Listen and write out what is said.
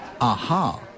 Aha